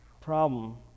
problem